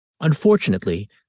Unfortunately